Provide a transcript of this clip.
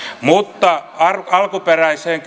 mutta alkuperäiseen